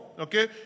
Okay